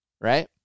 right